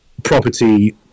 property